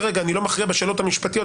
אני לא מכריע בשאלות המשפטיות,